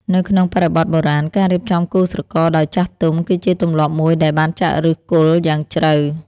នៅក្នុងបរិបទបុរាណ ការរៀបចំគូស្រករដោយចាស់ទុំ គឺជាទម្លាប់មួយដែលបានចាក់ឫសគល់យ៉ាងជ្រៅ។